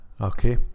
okay